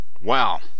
wow